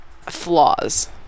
flaws